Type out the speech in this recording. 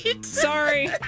Sorry